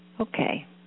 Okay